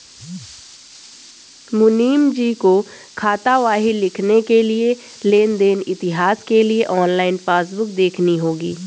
मुनीमजी को खातावाही लिखने के लिए लेन देन इतिहास के लिए ऑनलाइन पासबुक देखनी होगी